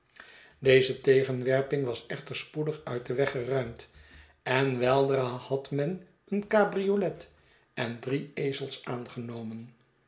deze tegenwerping was echter spoedig uit den weg geruimd en weldra had men eene cabriolet en drie ezels aangenomen